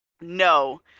No